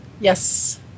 Yes